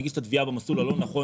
הוא הגיש את התביעה במסלול הלא נכון.